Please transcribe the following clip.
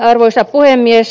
arvoisa puhemies